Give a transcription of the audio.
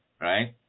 right